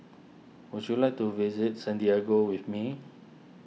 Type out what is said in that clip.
would you like to visit Santiago with me